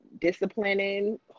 disciplining